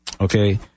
Okay